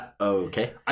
okay